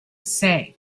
say